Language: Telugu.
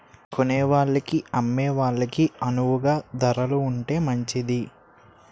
కొనేవాళ్ళకి అమ్మే వాళ్ళకి అణువుగా ధరలు ఉంటే మంచిది